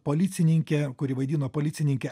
policininkė kuri vaidino policininkę